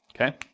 Okay